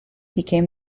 became